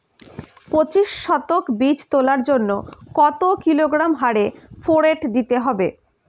পঁচিশ শতক বীজ তলার জন্য কত কিলোগ্রাম হারে ফোরেট দিতে হবে?